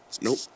Nope